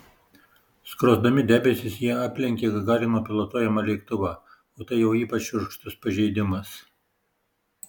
skrosdami debesis jie aplenkė gagarino pilotuojamą lėktuvą o tai jau ypač šiurkštus pažeidimas